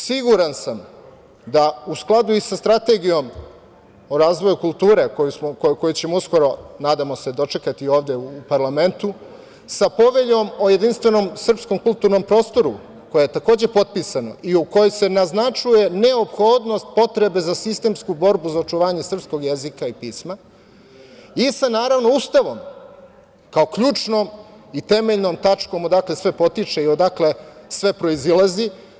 Siguran sam da u skladu i sa Strategijom o razvoju kulture, koju ćemo uskoro, nadamo se, dočekati ovde u parlamentu, sa Poveljom o jedinstvenom srpskom kulturnom prostoru, koja je takođe potpisana i u kojoj se naznačuje neophodnost potrebe za sistemsku borbu za očuvanje sprskog jezika i pisma, i naravno, sa Ustavom kao ključnom i temeljnom tačkom odakle sve potiče i odakle sve proizilazi.